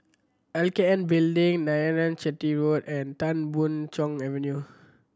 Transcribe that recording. L K N Building Narayanan Chetty Road and Tan Boon Chong Avenue